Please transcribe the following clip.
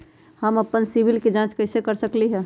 हम अपन सिबिल के जाँच कइसे कर सकली ह?